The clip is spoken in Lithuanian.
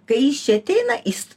kai jis čia ateina is